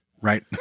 Right